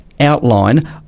outline